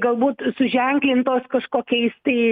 galbūt suženklintos kažkokiais tai